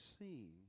seen